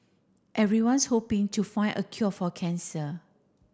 everyone's hoping to find a cure for cancer